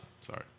Sorry